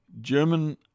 German